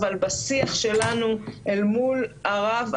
אבל בשיח שלנו אל מול הרב,